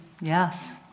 Yes